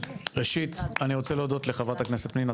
ראשית, אני רוצה להודות לחברת הכנסת פנינה